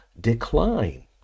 decline